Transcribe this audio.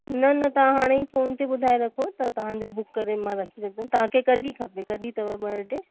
न न तव्हां हाणे ई फ़ोन ते ॿुधाए रखो त तव्हांजो मां बुक करे रखी रखंदमि तव्हांखे कॾहिं खपे कॾहिं अथव बर्थडे